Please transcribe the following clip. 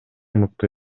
мыкты